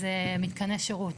אז מתקני שירות.